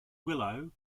willow